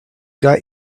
got